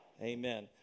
Amen